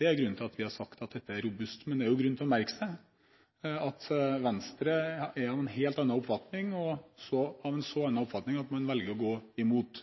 Det er grunnen til at vi har sagt at dette er robust. Det er grunn til å merke seg at Venstre er av en helt annen oppfatning og av en så annen oppfatning at man velger å gå imot.